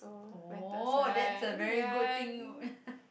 oh that's a very good thing